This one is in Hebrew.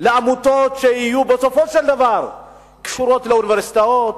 לעמותות שיהיו בסופו של דבר קשורות לאוניברסיטאות,